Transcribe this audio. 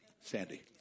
Sandy